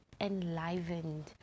enlivened